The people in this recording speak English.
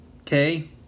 Okay